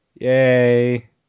Yay